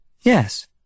Yes